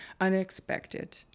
unexpected